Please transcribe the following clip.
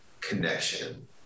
connection